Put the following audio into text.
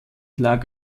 lag